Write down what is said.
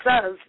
says